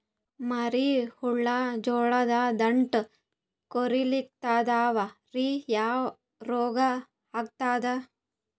ಮರಿ ಹುಳ ಜೋಳದ ದಂಟ ಕೊರಿಲಿಕತ್ತಾವ ರೀ ಯಾ ರೋಗ ಹತ್ಯಾದ?